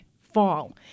fall